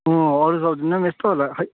अँ अरू सब्जेक्टमा पनि यस्तै होला खै